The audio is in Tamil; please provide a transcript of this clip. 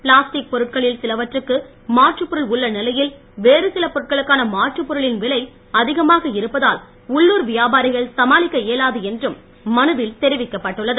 பிளாஸ்டிக் பொருட்களில் சிலவற்றுக்கு மாற்றுப் பொருள் உள்ள நிலையில் வேறு சில பொருட்களுக்கான மாற்றுப் பொருளின் விலை அதிகமாக இருப்பதால் உள்ளுர் வியாபாரிகள் சமாளிக்க இயலாது என்றும் மனுவில் தெரிவிக்கப் பட்டுள்ளது